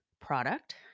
product